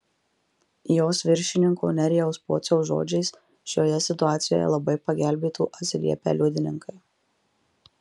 jos viršininko nerijaus pociaus žodžiais šioje situacijoje labai pagelbėtų atsiliepę liudininkai